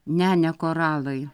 ne ne koralai